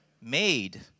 made